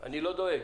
אלדאג.